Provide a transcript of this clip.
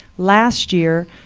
last year,